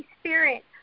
Spirit